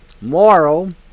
moral